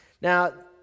now